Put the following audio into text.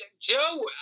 joe